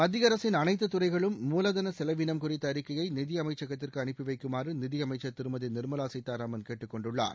மத்திய அரசின் அனைத்துத் துறைகளும் மூலதன செலவினம் குறித்த அறிக்கையை நிதியமைச்சகத்திற்கு அனுப்பிவைக்குமாறு நிதியமைச்சர் திருமதி நிர்மலா சீதாராமன் கேட்டுக் கொண்டுள்ளார்